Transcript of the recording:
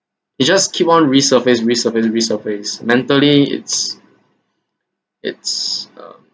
it just keep on resurface resurface resurface mentally it's it's um